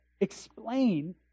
explain